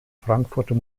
frankfurter